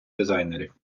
дизайнерів